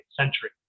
century